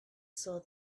saw